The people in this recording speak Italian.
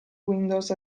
windows